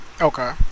okay